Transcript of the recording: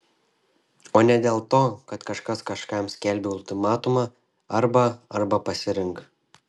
o ne dėl to kad kažkas kažkam skelbia ultimatumą arba arba pasirink